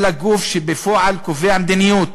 אלא גוף שבפועל קובע מדיניות,